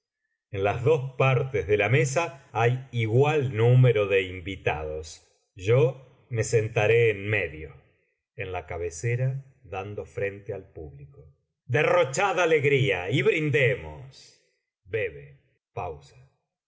en las dos partes de la mesa hay igual número de invitados yo me sentaré en medio en la cabecera dando frente al público derrochad alegría y brindemos